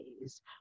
days